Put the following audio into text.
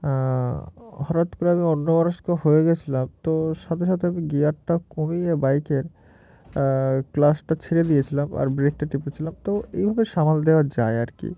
হঠাৎ করে আমি অন্যবয়স্ক হয়ে গেছিলাম তো সাথে সাথে আমি গিয়ারটা কমিয়ে বাইকের ক্লাসটা ছেঁড়ে দিয়েছিলাম আর ব্রেকটা টিপেছিলাম তো এইভাবে সামাল দেওয়া যায় আর কি